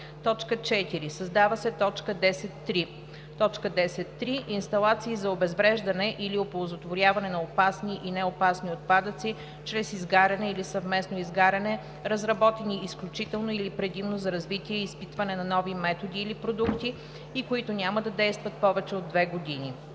4. Създава се т. 10.3: „10.3. Инсталации за обезвреждане или оползотворяване на опасни и неопасни отпадъци чрез изгаряне или съвместно изгаряне, разработени изключително или предимно за развитие и изпитване на нови методи или продукти и които няма да действат повече от две години.“